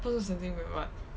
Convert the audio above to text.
不是神经病 but